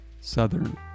southern